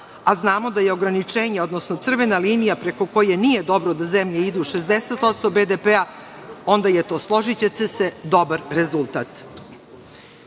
a znamo da je ograničenje, odnosno crvena linija preko koje nije dobro da zemlje idu 60% BDP-a, onda je to, složićete se, dobar rezultat.